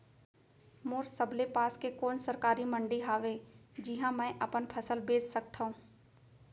मोर सबले पास के कोन सरकारी मंडी हावे जिहां मैं अपन फसल बेच सकथव?